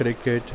cricket